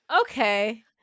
okay